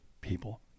people